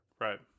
right